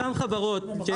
אותן חברות שהצגנו בשקף.